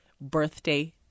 birthday